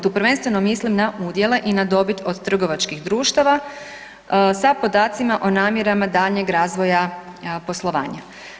Tu prvenstveno mislim na udjele i na dobit od trgovačkih društava sa podacima o namjerama daljnjeg razvoja poslovanja.